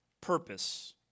purpose